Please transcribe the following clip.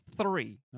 Three